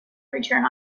return